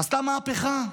עשתה מהפכה.